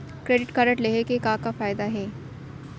Credit card लेहे के का का फायदा हे?